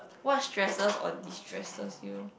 what stresses or destresses you